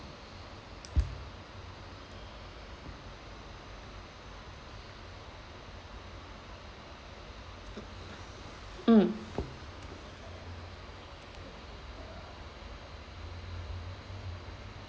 mm